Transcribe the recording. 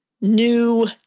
new